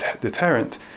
deterrent